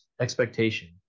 expectation